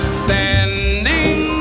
standing